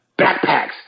backpacks